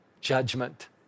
judgment